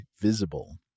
Visible